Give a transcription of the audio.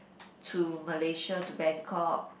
to Malaysia to Bangkok